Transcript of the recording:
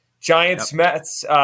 Giants-Mets